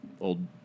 old